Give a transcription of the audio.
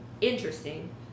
interesting